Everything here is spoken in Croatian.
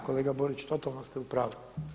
Da, kolega Borić, totalno ste u pravu.